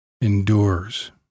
endures